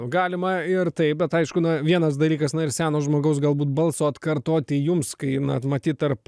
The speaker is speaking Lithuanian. galima ir taip bet aišku na vienas dalykas na ir seno žmogaus galbūt balso atkartoti jums kai na matyt tarp